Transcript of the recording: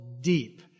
deep